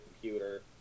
computer